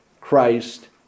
Christ